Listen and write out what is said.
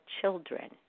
children